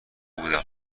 بودم